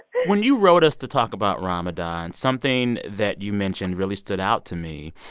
when you wrote us to talk about ramadan, something that you mentioned really stood out to me.